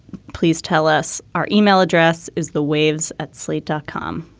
please tell us. our email address is the waves at slate dot com.